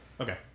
Okay